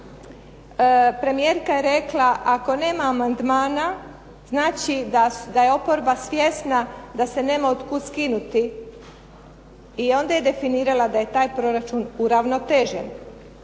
premijerka je rekla ako nema amandmana znači da je oporba svjesna da se nema od kuda skinuti i onda je definirala da je taj proračun uravnotežen.